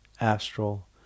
astral